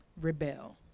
rebel